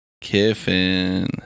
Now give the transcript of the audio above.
Kiffin